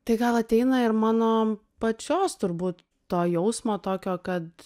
tai gal ateina ir mano pačios turbūt to jausmo tokio kad